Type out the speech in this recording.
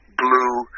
blue